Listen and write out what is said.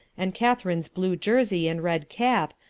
and catherine's blue jersey and red cap,